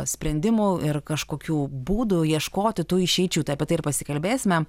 sprendimų ir kažkokių būdų ieškoti tų išeičių tai apie tai ir pasikalbėsime